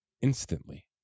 instantly